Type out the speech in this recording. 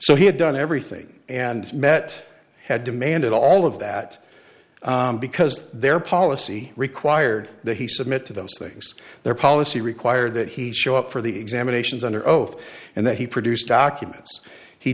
so he had done everything and met had demanded all of that because their policy required that he submit to those things their policy required that he show up for the examinations under oath and then he produced documents he